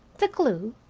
the clue,